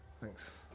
Thanks